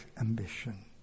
ambition